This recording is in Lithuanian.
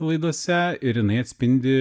laidose ir jinai atspindi